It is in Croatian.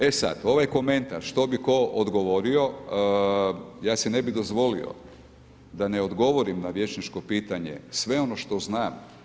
E sad, ovaj komentar što bi tko odgovorio, ja si ne bih dozvolio da ne odgovorim na vijećničko pitanje sve ono što znam.